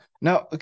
now